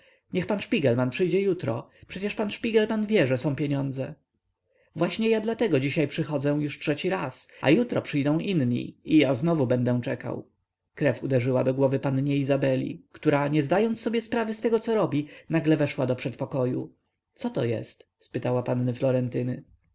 niech pan szpigelman przyjdzie jutro przecież pan szpigelman wie że są pieniądze właśnie ja dlatego dzisiaj przychodzę już trzeci raz a jutro przyjdą inni i ja znowu będę czekał krew uderzyła do głowy pannie izabeli która nie zdając sobie sprawy z tego co robi nagle weszła do przedpokoju coto jest zapytała panny